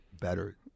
better